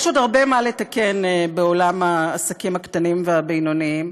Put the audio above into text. יש עוד הרבה מה לתקן בעולם העסקים הקטנים והבינוניים,